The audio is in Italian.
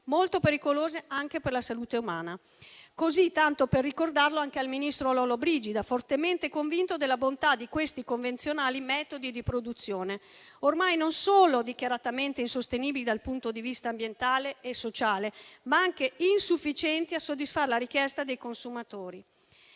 molto pericolose anche per la salute umana. Lo dico tanto per ricordarlo al ministro Lollobrigida, fortemente convinto della bontà di questi metodi di produzione convenzionali, ormai non solo dichiaratamente insostenibili dal punto di vista ambientale e sociale, ma anche insufficienti a soddisfare la richiesta dei consumatori.